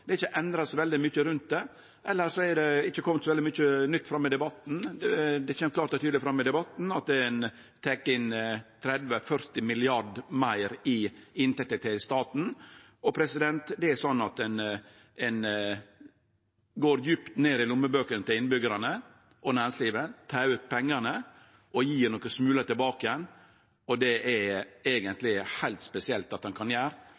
det har ikkje endra seg veldig mykje rundt det. Elles har det ikkje kome så veldig mykje nytt fram i debatten. Det kjem klart og tydeleg fram i debatten at ein tek inn 30–40 mrd. kr meir i inntekter til staten. Det er sånn at ein går djupt ned i lommebøkene til innbyggjarane og næringslivet, tek ut pengane og gjev nokre smular tilbake, og det er det eigentleg heilt spesielt at ein kan gjere.